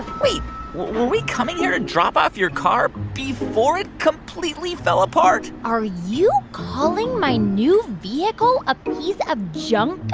wait were we coming here to ah drop off your car before it completely fell apart? are you calling my new vehicle a piece of junk,